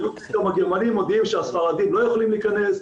פתאום הגרמנים מודיעים שהספרדים לא יכולים להיכנס,